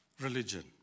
religion